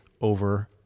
over